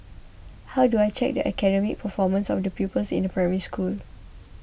how do I check the academic performance of the pupils in a Primary School